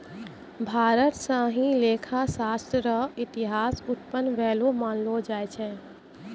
भारत स ही लेखा शास्त्र र इतिहास उत्पन्न भेलो मानलो जाय छै